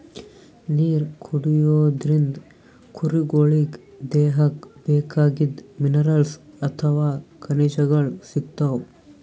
ನೀರ್ ಕುಡಿಯೋದ್ರಿಂದ್ ಕುರಿಗೊಳಿಗ್ ದೇಹಕ್ಕ್ ಬೇಕಾಗಿದ್ದ್ ಮಿನರಲ್ಸ್ ಅಥವಾ ಖನಿಜಗಳ್ ಸಿಗ್ತವ್